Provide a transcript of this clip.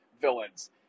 villains